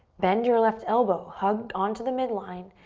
bend your left elbow. hug onto the midline.